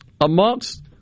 amongst